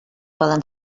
poden